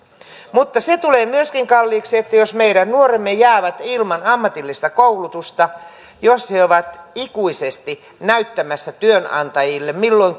mutta se tulee myöskin kalliiksi jos meidän nuoremme jäävät ilman ammatillista koulutusta jos he ovat ikuisesti näyttämässä työnantajille milloin